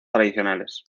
tradicionales